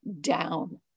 down